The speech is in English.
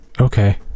Okay